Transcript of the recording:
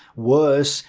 worse,